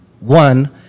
one